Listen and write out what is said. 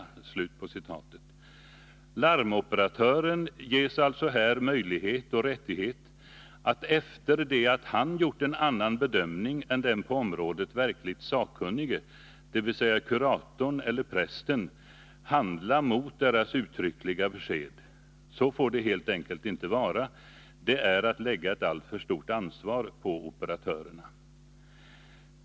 Larmoperatören ges alltså möjlighet och rättighet, att efter det att han gjort en annan bedömning än den på området verkligt sakkunnige, dvs. kuratorn eller prästen, handla mot deras uttryckliga besked. Så får det helt enkelt inte vara — det är att lägga ett alltför stort ansvar på operatörerna.